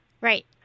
right